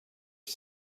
was